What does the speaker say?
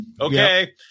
okay